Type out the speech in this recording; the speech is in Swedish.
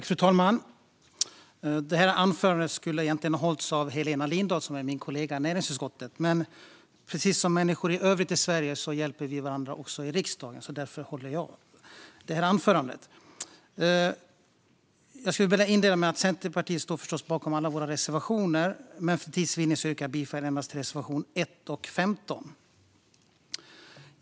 Fru talman! Detta anförande skulle egentligen ha hållits av Helena Lindahl, som är min kollega i näringsutskottet. Men precis som människor i övrigt i Sverige hjälper vi varandra också i riksdagen. Därför håller jag detta anförande. Jag vill inleda med att vi i Centerpartiet förstås står bakom alla våra reservationer. Men för tids vinnande yrkar jag bifall endast till reservationerna 1 och 15.